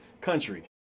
country